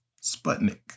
sputnik